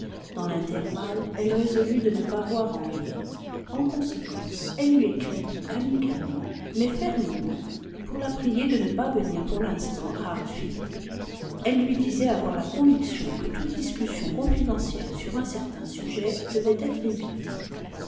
dans l'intervalle elle résolut de ne pas voir henriette en conséquence elle lui écrivit amicalement mais fermement pour la prier de ne pas venir pour l'instant à hartfield elle lui disait avoir la conviction que toute discussion confidentielle sur un certain sujet devait être évitée